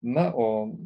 na o